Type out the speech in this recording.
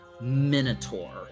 minotaur